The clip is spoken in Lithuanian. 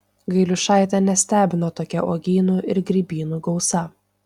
gailiušaitę nestebino tokia uogynų ir grybynų gausa